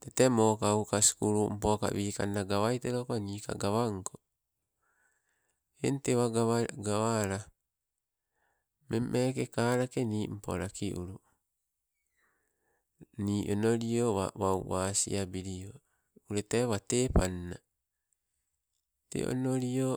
Tete mokanka skulummpo ka wikangna gawaitoloko nika gawanko, eng tewa gawali gawala mmeng meeke kalake nimpo laki ulu. Nii onolio wau wau wasiabilio, ulete wate panna te onolio.